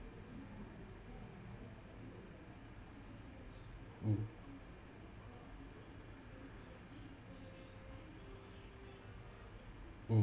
mm mm